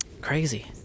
Crazy